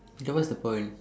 then what's the point